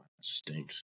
stinks